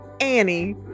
Annie